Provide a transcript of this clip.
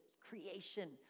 creation